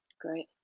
Great